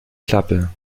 klappe